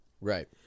Right